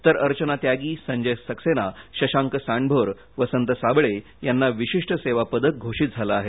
तर अर्चना त्यागी संजय सक्सेना शशांक सांडभोर वसंत साबळे यांना विशिष्ठ सेवा पदक घोषित झालं आहे